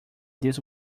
this